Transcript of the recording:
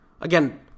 Again